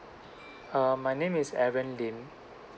err my name is aaron lim